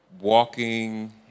walking